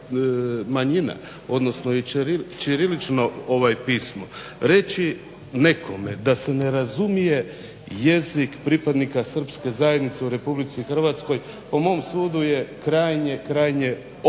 manjina odnosno i čirilićno ovaj pismo. Reći nekome da se ne razumije jezik pripadnika srpske zajednice u RH po mom sudu je krajnje, krajnje opasno.